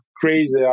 crazy